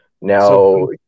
Now